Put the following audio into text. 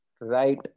right